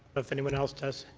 if anyone else does.